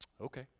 okay